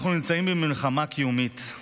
אנחנו נמצאים במלחמה קיומית,